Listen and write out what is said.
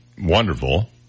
wonderful